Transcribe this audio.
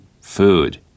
food